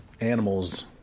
animals